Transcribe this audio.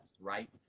right